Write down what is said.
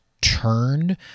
turned